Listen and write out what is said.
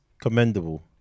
commendable